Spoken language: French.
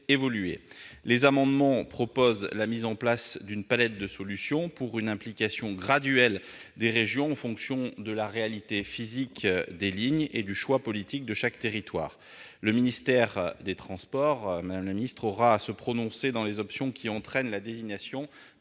évoluer. Les amendements prévoient la mise en place d'une palette de solutions pour une implication graduelle des régions en fonction de la réalité physique des lignes et du choix politique de chaque territoire. Le ministère des transports aura à se prononcer sur les options qui emportent la désignation